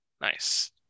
Nice